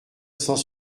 sans